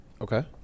Okay